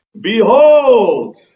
Behold